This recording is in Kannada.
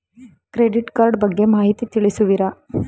ಕ್ರೆಡಿಟ್ ಕಾರ್ಡ್ ಬಗ್ಗೆ ಮಾಹಿತಿ ತಿಳಿಸುವಿರಾ?